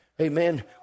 Amen